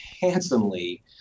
handsomely